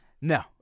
No